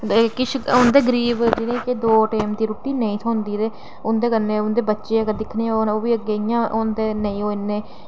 ते किश होंदे गरीब जि'नेंगी दो टैम दी रुट्टी नेईं थ्होंदी ते उंदे कन्नै उं'दे बच्चे अगर दिक्खै होन तां ओह्बी इं'या होंदे नेईं ओह् अग्गें